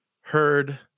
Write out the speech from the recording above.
heard